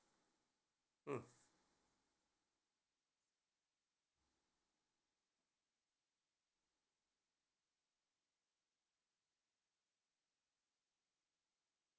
mm